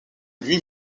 lui